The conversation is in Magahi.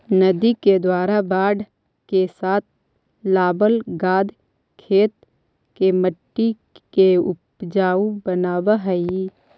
नदि के द्वारा बाढ़ के साथ लावल गाद खेत के मट्टी के ऊपजाऊ बनाबऽ हई